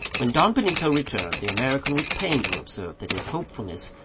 when don benito returned, the american was pained to observe that his hopefulness,